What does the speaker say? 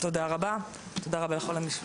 תודה רבה לכל המשתתפים.